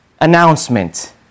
announcement